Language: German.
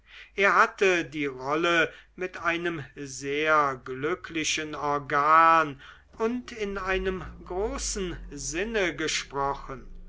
er hatte die rolle mit einem sehr glücklichen organ und in einem großen sinne gesprochen